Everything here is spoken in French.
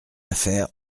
affaire